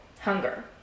hunger